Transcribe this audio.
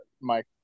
Mike